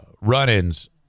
run-ins